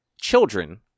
children